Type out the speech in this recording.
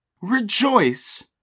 Rejoice